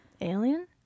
Alien